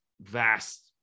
vast